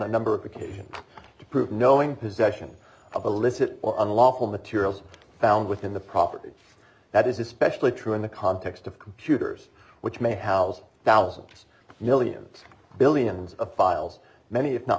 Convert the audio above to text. a number of occasions to prove knowing possession of illicit or unlawful materials found within the property that is especially true in the context of computers which may have thousands millions billions of files many if not